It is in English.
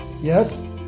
Yes